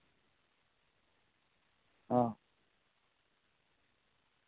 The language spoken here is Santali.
ᱦᱮᱸ